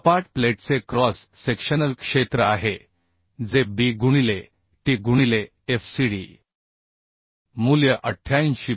हे सपाट प्लेटचे क्रॉस सेक्शनल क्षेत्र आहे जे B गुणिले टी गुणिले FCDमूल्य 88